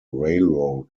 railroad